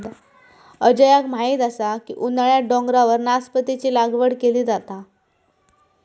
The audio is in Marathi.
अजयाक माहीत असा की उन्हाळ्यात डोंगरावर नासपतीची लागवड केली जाता